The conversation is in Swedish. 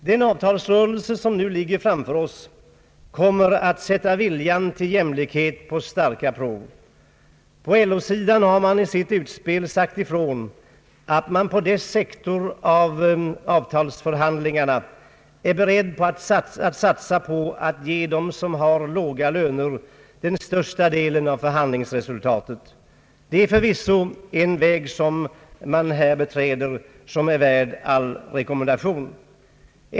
Den avtalsrörelse som nu ligger framför oss kommer att sätta viljan till jämlikhet på svåra prov. På LO-sidan har man i sitt utspel sagt ifrån, att man på dess sektor av avtalsförhandlingarna är beredd att satsa på att ge dem som har låga löner den största delen av förhandlingsresultatet. Det är förvisso en väg som är värd all rekommendation.